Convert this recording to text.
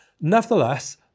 Nevertheless